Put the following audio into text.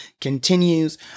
continues